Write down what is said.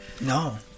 No